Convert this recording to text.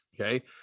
okay